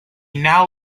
now